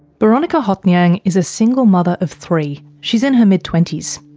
boronika hothnyang is a single mother of three. she's in her mid twenty s.